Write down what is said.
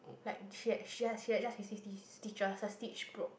like she had she has she has just received these stitches the stitch broke